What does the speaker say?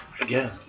Again